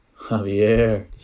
javier